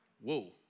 Whoa